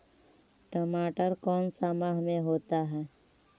टमाटर कौन सा माह में होता है?